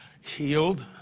healed